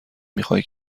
میخای